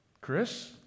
Chris